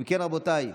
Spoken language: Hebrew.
אם כן, רבותיי,